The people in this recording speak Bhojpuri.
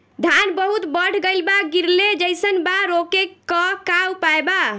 धान बहुत बढ़ गईल बा गिरले जईसन बा रोके क का उपाय बा?